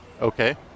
Okay